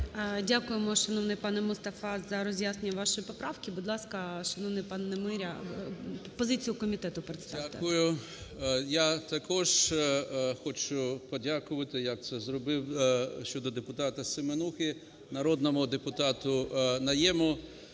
Дякуємо, шановний пане Мустафа, за роз'яснення вашої поправки. Будь ласка, шановний пан Немиря, позицію комітету представте. 13:07:36 НЕМИРЯ Г.М. Дякую. Я також хочу подякувати, як це зробив щодо депутатаСеменухи, народному депутату Найєму